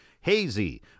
Hazy